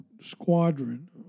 squadron